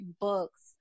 books